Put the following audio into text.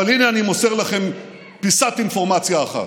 אבל הינה אני מוסר לכם פיסת אינפורמציה אחת.